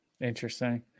interesting